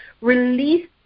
release